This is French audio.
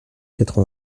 quatre